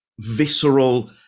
visceral